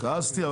כעסתי.